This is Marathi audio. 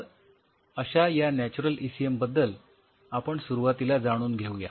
तर अश्या या नॅच्युरल ईसीएम बद्दल आपण सुरुवातीला जाणून घेऊया